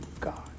God